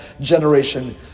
generation